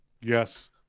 yes